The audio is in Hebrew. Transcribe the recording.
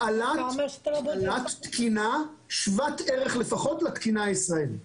--בעלת תקינה שוות ערך לפחות לתקינה הישראלית.